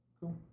Cool